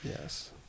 yes